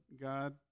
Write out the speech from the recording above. God